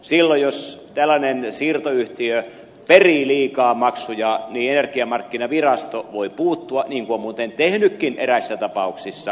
silloin jos tällainen siirtoyhtiö perii liikaa maksuja niin energiamarkkinavirasto voi puuttua niin kuin on muuten tehnytkin eräissä tapauksissa